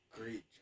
great